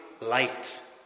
light